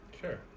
Sure